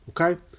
okay